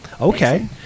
Okay